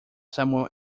samuel